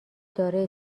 دارای